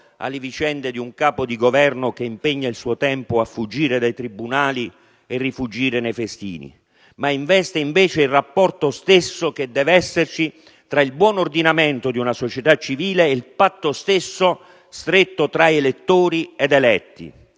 alle vicende di un Capo di Governo che impegna il suo tempo a fuggire dai tribunali e rifuggire nei festini, ma investe invece il rapporto stesso che deve esserci tra il buon ordinamento di una società civile ed il patto stretto tra elettori ed eletti,